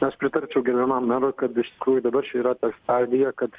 aš pritarčiau gerbiamam merui kad iš tikrųjų dabar čia yra ta stadija kad